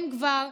אם כבר,